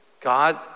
God